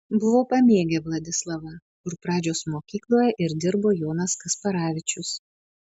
buvo pamėgę vladislavą kur pradžios mokykloje ir dirbo jonas kasparavičius